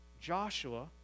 Joshua